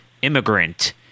immigrant